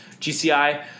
GCI